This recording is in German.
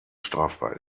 strafbar